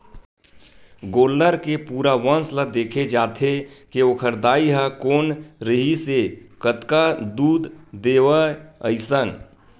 गोल्लर के पूरा वंस ल देखे जाथे के ओखर दाई ह कोन रिहिसए कतका दूद देवय अइसन